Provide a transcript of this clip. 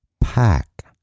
pack